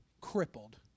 crippled